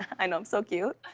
i know. i'm so cute.